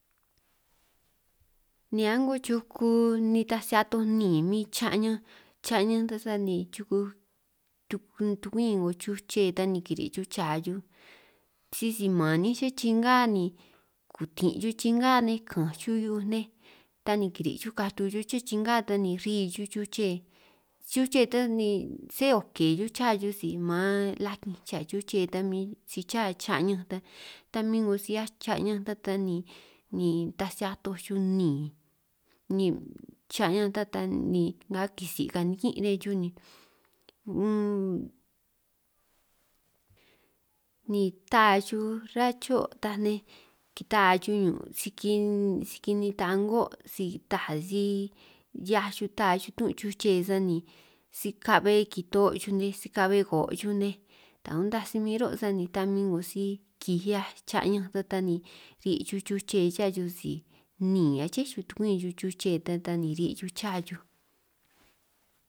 Ni a'ngo chuku nitaj si atoj níin min cha'ñanj cha'ñanj ta sani chuku tuku' tukumin 'ngo chuche ta ni kiri' chuj cha chuj, sisi man nej chuhua chingá ni kutin' chuj chingá nej kanj chuj hiu'uj nej ta ni kiri' chuj katu chuj chiín' chingá ta ni ri chuj chuche, chuche ta ni sé o' ke chuj cha chuj si man lakinj cha chuche ta min si cha cha'ñanj ta, ta min 'ngo si 'hiaj cha'ñanj ta ta ni taj si atoj chuj níin, níin cha'ñanj ta ta ni nga kisij kanikin riñan chuj ni unn, ni ta taa chuj ruhua chio' taj nej kitaa chuj ñun' si ki si kini'in ta'ngo' si ta si 'hiaj chuj taa chuj tun' chuche sani, si ka'be kito'o chuj nej si ka'be ko' chuj nej ta untaj si min ro' sani ta min 'ngo si kij 'hiaj cha´ñanj ta ta, ni ri' chuj chuche cha chuj si níin aché chuj tukumin chuj chuche ta ta ri' chuj cha chuj.